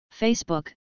Facebook